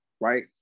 right